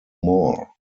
more